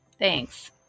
Thanks